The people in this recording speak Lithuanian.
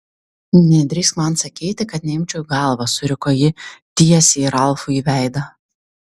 nedrįsk man sakyti kad neimčiau į galvą suriko ji tiesiai ralfui į veidą